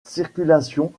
circulation